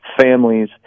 families